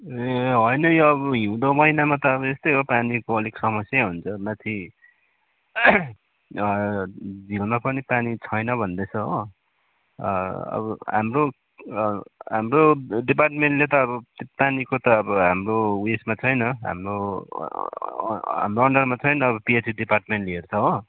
ए होइन यो अब हिउँदो महिनामा त अब यस्तै हो पानीको अलिक समस्यै हुन्छ माथि झिलमा पनि पानी छैन भन्दैछ हो अब हाम्रो हाम्रो डिपार्टमेन्टले त अब पानीको त अब हाम्रो उयोसमा छैन हाम्रो हाम्रो अन्डरमा छैन पी एच ई डिपार्टमेन्टले हेर्छ हो